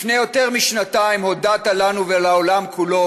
לפני יותר משנתיים הודעת לנו ולעולם כולו